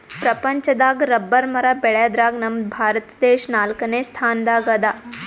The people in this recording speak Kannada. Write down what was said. ಪ್ರಪಂಚದಾಗ್ ರಬ್ಬರ್ ಮರ ಬೆಳ್ಯಾದ್ರಗ್ ನಮ್ ಭಾರತ ದೇಶ್ ನಾಲ್ಕನೇ ಸ್ಥಾನ್ ದಾಗ್ ಅದಾ